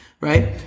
right